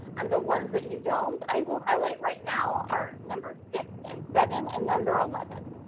and the ones that you don't i will highlight right now, are number six, and seven and number eleven.